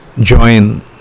join